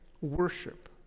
worship